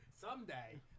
Someday